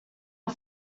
are